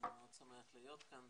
אני מאוד שמח להיות כאן,